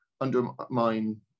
undermine